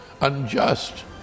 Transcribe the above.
unjust